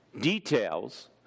details